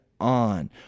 on